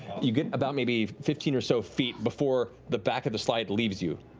you get about maybe fifteen or so feet before the back of the slide leaves you.